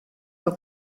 nur